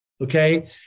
okay